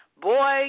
Boy